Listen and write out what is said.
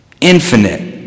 infinite